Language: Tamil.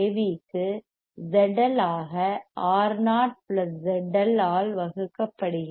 AV க்கு ZL ஆக Ro பிளஸ் ZL ஆல் வகுக்கப்படுகிறது